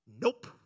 Nope